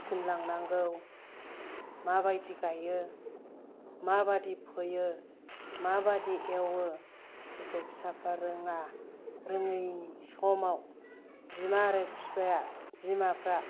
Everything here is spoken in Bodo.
थिनलांनांगौ मा बायदि गायो मा बादि फोयो माबादि एवो बेखौ फिसाफ्रा रोङा रोङै समाव बिमा आरो फिफाया बिमाफ्रा